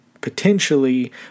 potentially